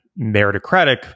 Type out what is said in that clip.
meritocratic